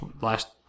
last